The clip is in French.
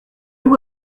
vous